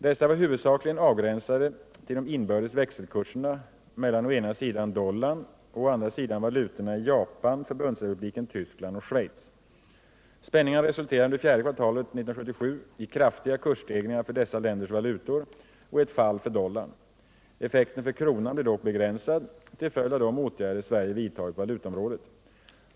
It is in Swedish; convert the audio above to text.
Desa var huvudsakligen avgränsade till de inbördes växelkurserna mellan å ena sidan dollarn och å andra sidan valutorna i Japan, Förbundsrepubliken Tyskland och Schweiz. Spänningarna resulterade under fjärde kvartalet 1977 i kraftiga kursstegringar för dessa senare länders valutor och i ett fall för dollarn. Effekten för kronan blev dock begränsad till följd av de åtgärder Sverige vidtagit på valutaområdet.